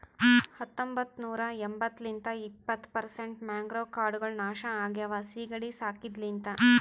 ಹತೊಂಬತ್ತ ನೂರಾ ಎಂಬತ್ತು ಲಿಂತ್ ಇಪ್ಪತ್ತು ಪರ್ಸೆಂಟ್ ಮ್ಯಾಂಗ್ರೋವ್ ಕಾಡ್ಗೊಳ್ ನಾಶ ಆಗ್ಯಾವ ಸೀಗಿಡಿ ಸಾಕಿದ ಲಿಂತ್